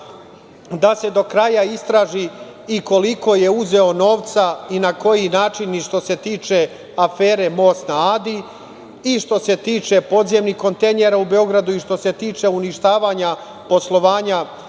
Da se do kraja istraži i koliko je uzeo novca i na koji način, što se tiče afere „Most na Adi“ i što se tiče podzemnih kontejnera u Beogradu i što se tiče uništavanja poslovanja